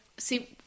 See